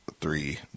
three